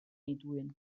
nituen